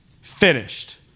Finished